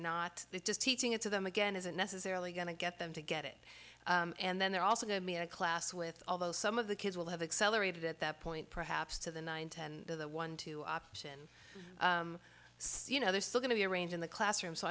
just teaching it to them again isn't necessarily going to get them to get it and then they're also to me in a class with although some of the kids will have accelerated at that point perhaps to the nine ten to the one to option so you know they're still going to range in the classroom so